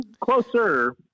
closer